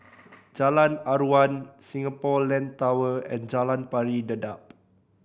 Jalan Aruan Singapore Land Tower and Jalan Pari Dedap